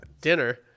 dinner